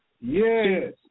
Yes